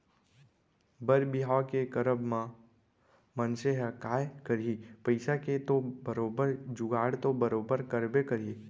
बर बिहाव के करब म मनसे ह काय करही पइसा के तो बरोबर जुगाड़ तो बरोबर करबे करही